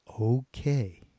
okay